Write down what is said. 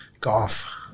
golf